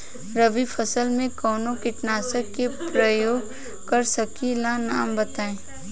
रबी फसल में कवनो कीटनाशक के परयोग कर सकी ला नाम बताईं?